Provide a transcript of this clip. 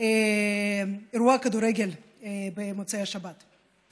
אירוע כדורגל במוצאי השבת.